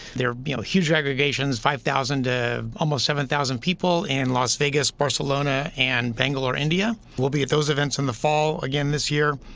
they're you know huge aggregations, five thousand to almost seven thousand people in las vegas, barcelona and bangalore, india. we'll be at those events in the fall again this year.